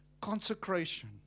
consecration